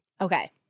Okay